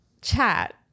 chat